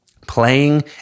playing